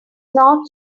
not